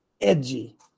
edgy